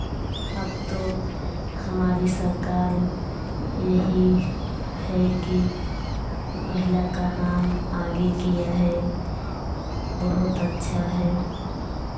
अब तो हमारी सरकार यही है कि महिला का नाम आगे किया है बहुत अच्छा है